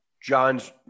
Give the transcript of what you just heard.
John's